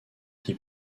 qui